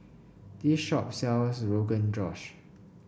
this shop sells Rogan Josh